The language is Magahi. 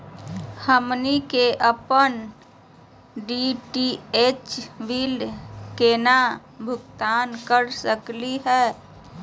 हमनी के अपन डी.टी.एच के बिल केना भुगतान कर सकली हे?